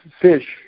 fish